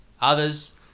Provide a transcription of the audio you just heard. others